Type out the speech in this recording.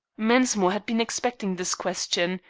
mensmore had been expecting this question.